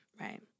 Right